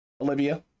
Olivia